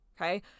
okay